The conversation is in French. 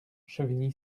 chevigny